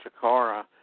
Shakara